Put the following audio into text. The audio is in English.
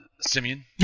Simeon